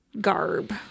garb